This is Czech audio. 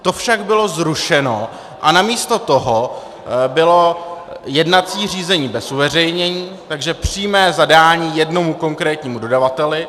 To však bylo zrušeno a namísto toho bylo jednací řízení bez uveřejnění, takže přímé zadání jednomu konkrétnímu dodavateli.